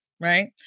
right